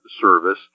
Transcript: service